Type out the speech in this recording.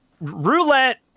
Roulette